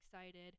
excited